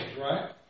right